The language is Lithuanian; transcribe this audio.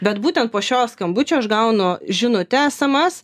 bet būtent po šio skambučio aš gaunu žinutę sms